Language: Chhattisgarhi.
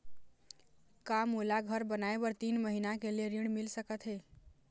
का मोला घर बनाए बर तीन महीना के लिए ऋण मिल सकत हे?